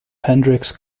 hendricks